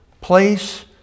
place